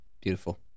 Beautiful